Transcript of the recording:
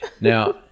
now